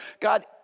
God